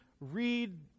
read